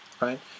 right